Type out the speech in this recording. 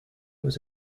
was